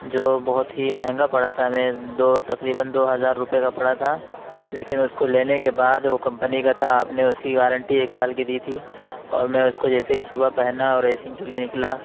جو بہت ہی مہنگا پڑا تھا ہمیں دو تقریباً دو ہزار روپے کا پڑا تھا لیکن اُس کو لینے کے بعد وہ کمپنی کا تھا آپ نے اُس کی گارنٹی ایک سال کی دی تھی اور میں اُس کو جیسے ہی صُبح پہنا اور ریسنگ کے لیے نکلا